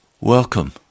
Welcome